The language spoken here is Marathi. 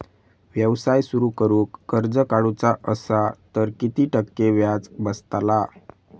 व्यवसाय सुरु करूक कर्ज काढूचा असा तर किती टक्के व्याज बसतला?